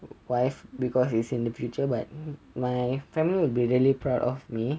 wife because it's in the future but my family will be really proud of me